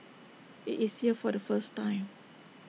IT is here for the first time